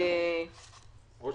ראש